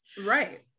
Right